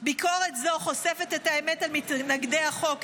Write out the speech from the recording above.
ביקורת זו חושפת את האמת על מתנגדי החוק: